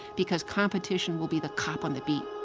because competition will be the cop on the beat.